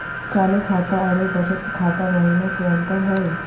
चालू खाता अरू बचत खाता महिना की अंतर हई?